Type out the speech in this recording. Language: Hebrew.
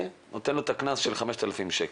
ונותן לו קנס של 5,000 שקל.